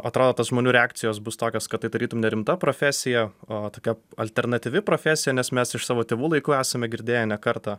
atrodo tos žmonių reakcijos bus tokios kad tai tarytum nerimta profesija o tokia alternatyvi profesija nes mes iš savo tėvų laikų esame girdėję ne kartą